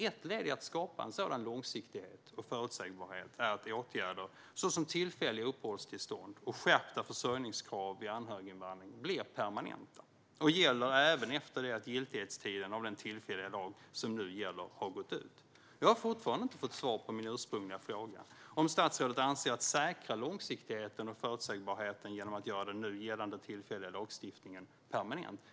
Ett sätt att skapa en sådan långsiktighet och förutsägbarhet är att åtgärder såsom tillfälliga uppehållstillstånd och skärpta försörjningskrav vid anhöriginvandring blir permanenta och gäller även efter det att giltighetstiden av den tillfälliga lag som nu gäller har gått ut. Jag har fortfarande inte fått svar på min ursprungliga fråga om statsrådet anser att man ska säkra långsiktigheten och förutsägbarheten genom att göra den nu gällande tillfälliga lagstiftningen permanent.